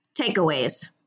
Takeaways